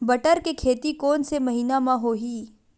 बटर के खेती कोन से महिना म होही?